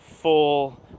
Full